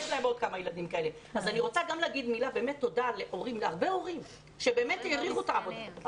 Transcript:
הרבה הורים באמת העריכו את העבודה אבל